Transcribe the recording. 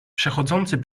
przechodzący